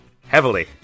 heavily